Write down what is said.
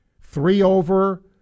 Three-over